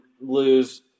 lose